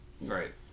Right